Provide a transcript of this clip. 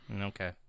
Okay